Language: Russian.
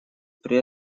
при